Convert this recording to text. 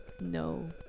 No